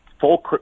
full